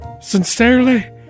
Sincerely